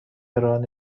ران